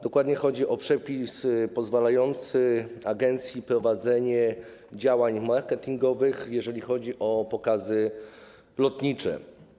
Dokładnie chodzi o przepis pozwalający agencji na prowadzenie działań marketingowych, jeżeli chodzi o pokazy lotnicze.